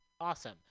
Awesome